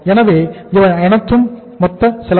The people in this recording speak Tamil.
எனவே இவை அனைத்தும் மொத்த செலவு